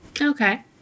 Okay